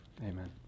amen